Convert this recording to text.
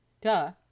Duh